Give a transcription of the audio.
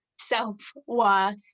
self-worth